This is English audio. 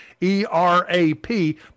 ERAP